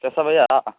केशव भैआ